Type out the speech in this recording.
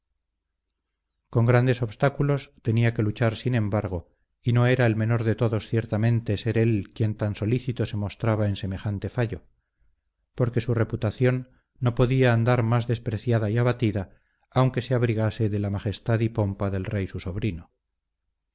con grandes obstáculos tenía que luchar sin embargo y no era el menor de todos ciertamente ser él quien tan solícito se mostraba en semejante fallo porque su reputación no podía andar más despreciada y abatida aunque se abrigase de la majestad y pompa del rey su sobrino